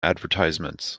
advertisements